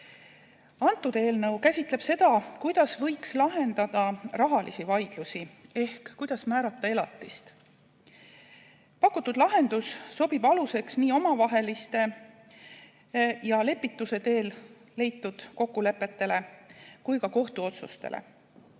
See eelnõu käsitleb seda, kuidas võiks lahendada rahalisi vaidlusi ehk kuidas määrata elatist. Pakutud lahendus sobib aluseks nii omavahelistele ja lepituse teel leitud kokkulepetele kui ka kohtuotsustele.